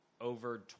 over